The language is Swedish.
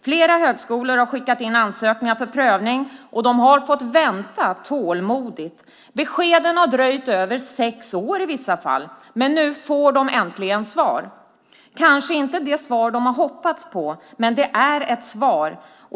Flera högskolor har skickat in ansökningar för prövning - och har fått vänta tålmodigt. Beskeden har dröjt över sex år i vissa fall, men nu får de äntligen svar. Det är kanske inte det svar de har hoppats på, men det är ett svar.